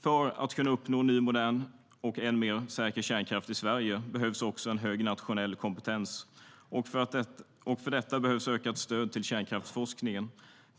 För att kunna uppnå ny, modern och än mer säker kärnkraft i Sverige behövs också en hög nationell kompetens, och för detta behövs ökat stöd till kärnkraftsforskningen.